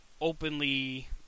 openly